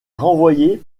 renvoyé